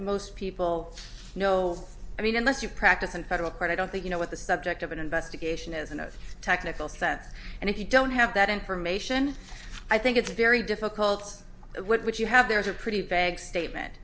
most people know i mean unless you practice in federal court i don't think you know what the subject of an investigation is in a technical sense and if you don't have that information i think it's very difficult what you have there is a pretty big statement